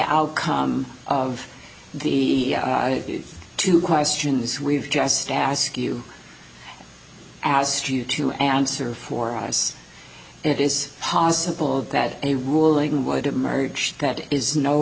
outcome of the two questions we've just ask you asked you to answer for us it is possible that a ruling would emerge that it is no